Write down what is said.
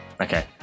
okay